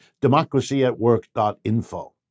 democracyatwork.info